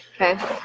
Okay